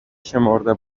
شمرده